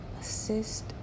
assist